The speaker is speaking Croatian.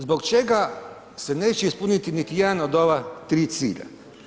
Zbog čega se neće ispuniti niti jedan od ova tri cilja?